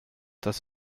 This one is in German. das